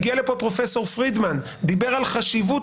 הגיע לכאן פרופסור פרידמן ודיבר על חשיבות,